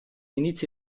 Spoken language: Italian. inizi